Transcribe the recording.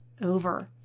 over